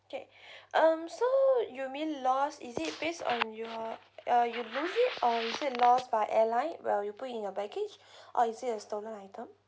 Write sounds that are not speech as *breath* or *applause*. okay *breath* um so you mean loss is it based on your uh you lose it or is it lost by airline where you put in your baggage *breath* or is it a stolen item